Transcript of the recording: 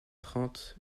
trente